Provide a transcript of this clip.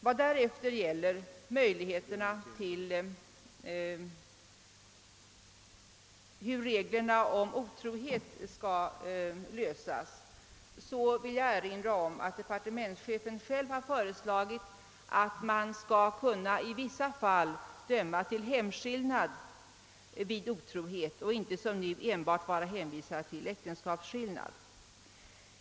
Vad därefter gäller stadgandena angående otrohet vill jag erinra om att departementschefen föreslagit att man i vissa fall skall kunna döma till hemskillnad vid otrohet och inte som nu enbart vara hänvisad till äktenskapsskillnad.